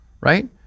Right